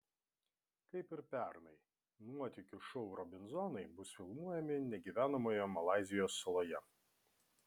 kaip ir pernai nuotykių šou robinzonai bus filmuojami negyvenamoje malaizijos saloje